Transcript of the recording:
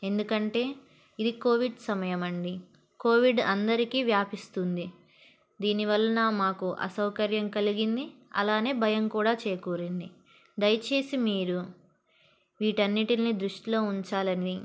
ఎందుకంటే ఇది కోవిడ్ సమయంమండి కోవిడ్ అందరికీ వ్యాపిస్తుంది దీని వలన మాకు అసౌకర్యం కలిగింది అలానే భయం కూడా చేకూరింది దయచేసి మీరు వీటన్నిటిల్ని దృష్టిలో ఉంచాలని